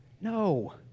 no